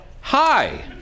hi